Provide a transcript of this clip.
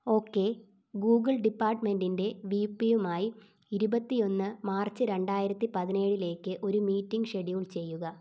okay Google ഡിപ്പാർട്ട്മെന്റിൻ്റെ V P യുമായി ഇരുപത്തിയൊന്ന് മാർച്ച് രണ്ടായിരത്തി പതിനേഴിലേക്ക് ഒരു മീറ്റിംഗ് ഷെഡ്യൂൾ ചെയ്യുക